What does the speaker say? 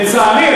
לצערי,